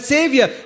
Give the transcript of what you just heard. Savior